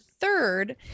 third